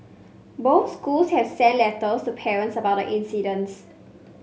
both schools have sent letters parents about the incidents